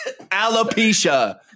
Alopecia